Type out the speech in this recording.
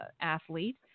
athlete